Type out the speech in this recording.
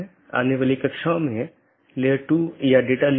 अब हम TCP IP model पर अन्य परतों को देखेंगे